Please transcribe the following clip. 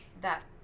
that-